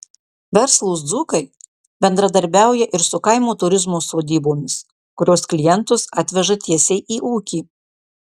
verslūs dzūkai bendradarbiauja ir su kaimo turizmo sodybomis kurios klientus atveža tiesiai į ūkį